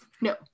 No